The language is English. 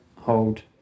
hold